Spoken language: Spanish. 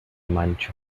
mancho